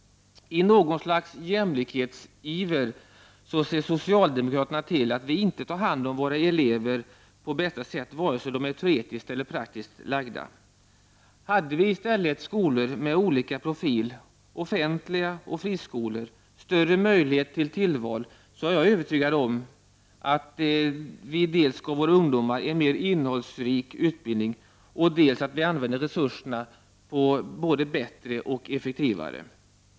I något slags jämlikhetsiver ser socialdemokraterna till att vi inte tar hand om våra elever på bästa sätt, vare sig de är teoretiskt eller praktiskt lagda. Hade vi i stället skolor med olika profil, offentliga skolor och friskolor samt större möjlighet till tillval, är jag övertygad om att vi dels skulle ge våra ungdomar en mer innehållsrik utbildning, dels skulle använda resurserna både bättre och effektivare.